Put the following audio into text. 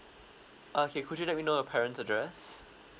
okay could you let me know your parents address